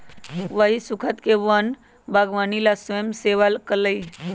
वही स्खुद के वन बागवानी ला स्वयंसेवा कई लय